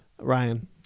Ryan